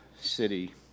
city